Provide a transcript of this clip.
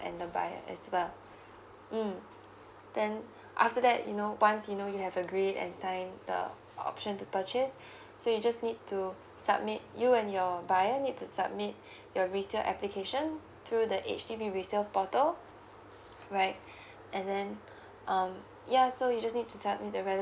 and the buyer as well mm then after that you know once you know you have agreed and sign the option to purchase so you just need to submit you and your buyer need to submit your resale application through the H_D_B resale portal right and then um ya so you just need to submit the relevant